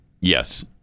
Yes